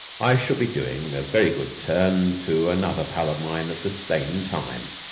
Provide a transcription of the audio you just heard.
i shall be doing a very good turn to another pal of mine at the same time.